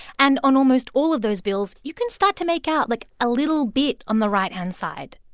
and on almost all of those bills, you can start to make out like a little bit on the right hand side.